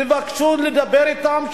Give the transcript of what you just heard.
תבקשו לדבר אתם,